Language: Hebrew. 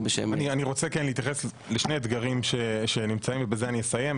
אני רוצה כן להתייחס לשני אתגרים שקיימים ובזה אני אסיים.